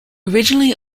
originally